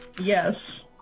Yes